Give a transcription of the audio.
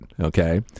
okay